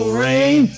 rain